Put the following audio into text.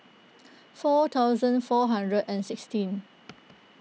four thousand four hundred and sixteen